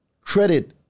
credit